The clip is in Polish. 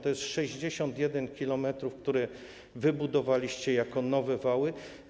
To jest 61 km, które wybudowaliście jako nowe wały.